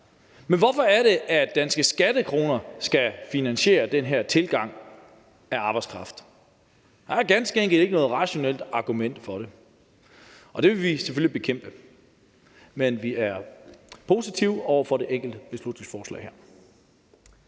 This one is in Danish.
men hvorfor er det, at danske skattekroner skal finansiere den her tilgang af arbejdskraft? Der er ganske enkelt ikke noget rationelt argument for det, og det vil vi selvfølgelig bekæmpe. Men vi er positive over for det konkrete beslutningsforslag her.